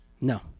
No